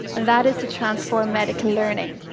and that is to transform medical learning.